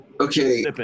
okay